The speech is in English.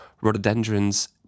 rhododendrons